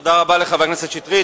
תודה רבה לחבר הכנסת שטרית.